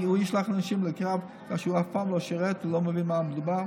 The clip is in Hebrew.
הוא ישלח אנשים לקרב כשהוא אף פעם לא שירת ולא מבין במה מדובר?